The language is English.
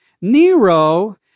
Nero